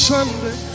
Sunday